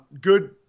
good